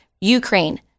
Ukraine